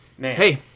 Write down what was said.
Hey